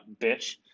bitch